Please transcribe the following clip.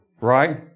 Right